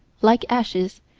like ashes,